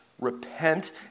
Repent